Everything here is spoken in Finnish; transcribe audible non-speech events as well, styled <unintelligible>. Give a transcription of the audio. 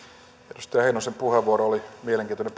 edustaja heinosen puheenvuoro oli mielenkiintoinen <unintelligible>